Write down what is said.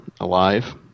alive